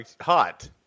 Hot